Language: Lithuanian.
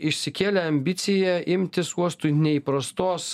išsikėlė ambiciją imtis uostui neįprastos